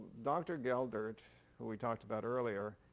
dr. geldert who we talked about earlier,